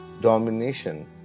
domination